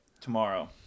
tomorrow